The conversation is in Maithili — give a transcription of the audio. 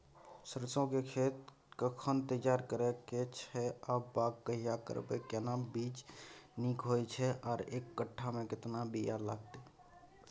सरसो के खेत कखन तैयार करै के छै आ बाग कहिया करबै, केना बीज नीक होय छै आर एक कट्ठा मे केतना बीया लागतै?